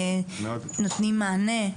נותנים מענה?